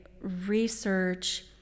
research